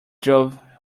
drove